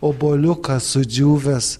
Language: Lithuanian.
obuoliukas sudžiūvęs